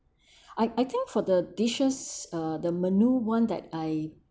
I I think for the dishes uh the menu [one] that I